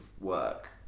work